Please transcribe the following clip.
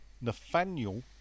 Nathaniel